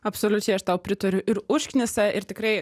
absoliučiai aš tau pritariu ir užknisa ir tikrai